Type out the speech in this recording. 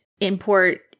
import